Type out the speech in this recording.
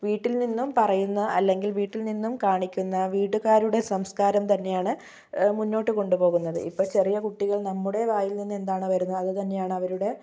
വീട്ടിൽ നിന്നും പറയുന്ന അല്ലെങ്കിൽ വീട്ടിൽ നിന്നും കാണിക്കുന്ന വീടുകാരുടെ സംസ്കാരം തന്നെയാണ് മുന്നോട്ട് കൊണ്ടുപോകുന്നത് ഇപ്പോൾ ചെറിയ കുട്ടികൾ നമ്മുടെ വായിൽ നിന്ന് എന്താണോ വരുന്നത് അതു തന്നെയാണ് അവരുടെ